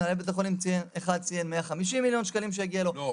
מנהל בית חולים אחד ציין 150,000,000 ₪--- לא,